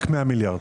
רק 100 מיליארד.